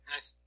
Nice